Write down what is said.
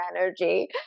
energy